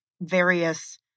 various